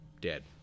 dead